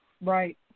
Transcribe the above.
Right